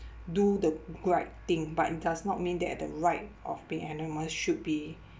do the g~ right thing but it does not mean that the right of being anonymous should be